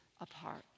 apart